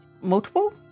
multiple